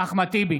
אחמד טיבי,